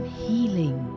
healing